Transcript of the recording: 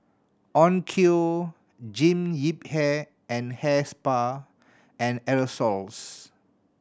Onkyo Jean Yip Hair and Hair Spa and Aerosoles